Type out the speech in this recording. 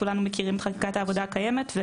כולנו מכירים את חקיקת העבודה הקיימת,